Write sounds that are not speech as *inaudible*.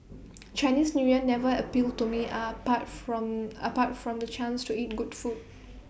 *noise* Chinese New Year never appealed to me apart from apart from the chance to eat good food *noise*